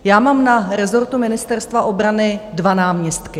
Já mám na rezortu Ministerstva obrany dva náměstky.